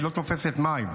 לא תופס מים.